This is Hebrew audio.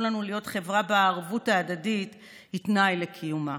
לנו להיות חברה שבה הערבות ההדדית היא תנאי לקיומה.